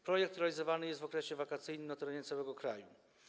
Projekt realizowany jest w okresie wakacyjnym na terenie całego kraju.